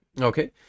Okay